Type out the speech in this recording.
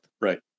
Right